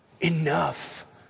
Enough